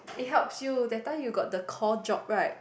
it helps you that time you got the call job right